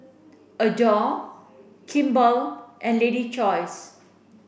Adore Kimball and Lady's Choice